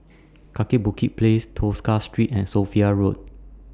Kaki Bukit Place Tosca Street and Sophia Road